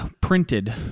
printed